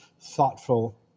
thoughtful